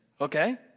okay